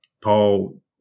Paul